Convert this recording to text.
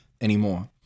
anymore